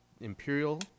Imperial